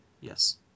Yes